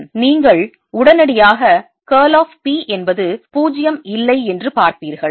நீங்கள் உடனடியாக curl of P என்பது 0 இல்லை என்று பார்ப்பீர்கள்